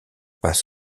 pas